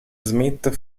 smith